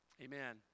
Amen